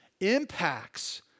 impacts